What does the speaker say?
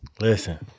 Listen